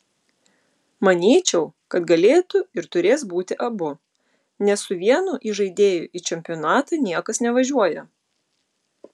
manyčiau kad galėtų ir turės būti abu nes su vienu įžaidėju į čempionatą niekas nevažiuoja